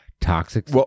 Toxic